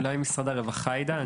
אולי משרד הרווחה יידע.